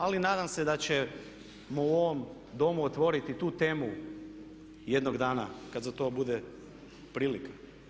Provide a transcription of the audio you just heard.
Ali nadam se da ćemo u ovom Domu otvoriti tu temu jednog dana kad za to bude prilika.